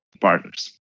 Partners